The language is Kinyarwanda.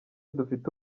dufite